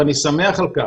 ואני שמח על כך,